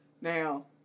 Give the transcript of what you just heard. Now